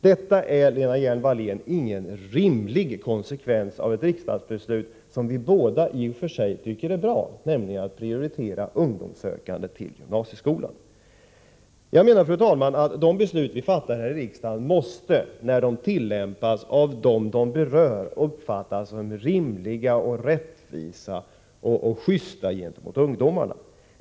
Detta är, Lena Hjelm-Wallén, ingen rimlig konsekvens av ett riksdagsbeslut som vi båda i och för sig tycker är bra, nämligen att ungdomssökande till gymnasieskolan skall prioriteras. Jag menar, fru talman, att de beslut som vi fattar här i riksdagen måste, när de tillämpas, av dem de berör uppfattas som rimliga och rättvisa.